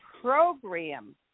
program